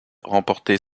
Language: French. remporter